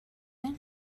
این